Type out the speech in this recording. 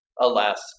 Alaska